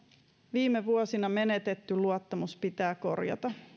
viime vuosina menetetty luottamus pitää korjata